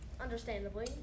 Understandably